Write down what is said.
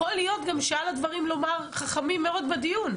יכול להיות גם שהיה לה דברים חכמים מאוד לומר בדיון,